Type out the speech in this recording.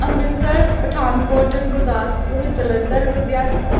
Amritsar Pathankot Gurdaspur Jalandhar Ludhiana